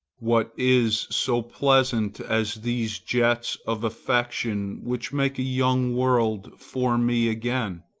what is so pleasant as these jets of affection which make a young world for me again?